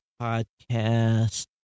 Podcast